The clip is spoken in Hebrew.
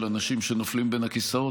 של אנשים שנופלים בין הכיסאות,